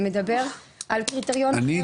זה מדבר על קריטריון אחר לגמרי.